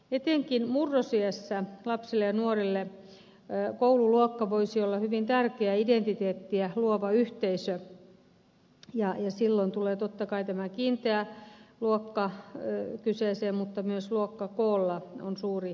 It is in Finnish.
etenkin murrosiässä lapsille ja nuorille koululuokka voisi olla hyvin tärkeä identiteettiä luova yhteisö ja silloin tulee totta kai kiinteä luokka kyseeseen mutta myös luokkakoolla on suuri merkitys